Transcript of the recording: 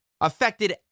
affected